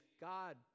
God